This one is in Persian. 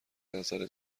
نظر